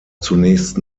zunächst